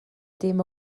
dim